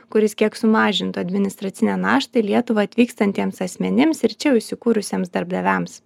kuris kiek sumažintų administracinę naštą į lietuvą atvykstantiems asmenims ir čia jau įsikūrusiems darbdaviams